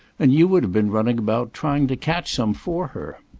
and you would have been running about, trying to catch some for her.